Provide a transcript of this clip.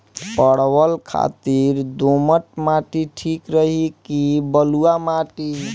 परवल खातिर दोमट माटी ठीक रही कि बलुआ माटी?